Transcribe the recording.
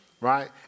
Right